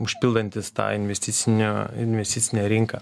užpildantys tą investicinio investivinę rinką